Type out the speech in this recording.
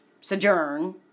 sojourn